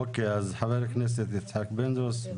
אוקיי, אז חבר הכנסת יצחק פינדרוס,